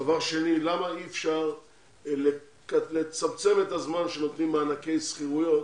למה לא ניתן לצמצם את הזמן שנותנים מענקי שכירויות